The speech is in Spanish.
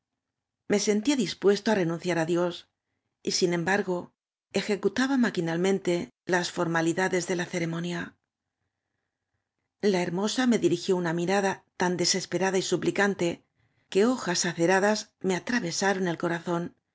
me sentía dispuesto á redudcia r á dios y sin embargo ejecutaba maqninalmeate las formalidades de la ceremonia la hermosa me dirigid una mirada tan des esperada y suplicante que hojas aceradas me atravesaron el corazón